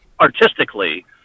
artistically